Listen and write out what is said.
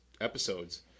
episodes